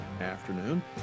afternoon